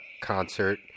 concert